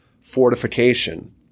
fortification